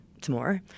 tomorrow